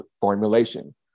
formulation